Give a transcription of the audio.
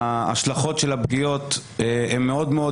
ההשלכות של הפגיעות חמורות מאוד,